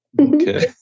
Okay